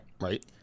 Right